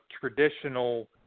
traditional